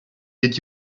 did